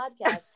podcast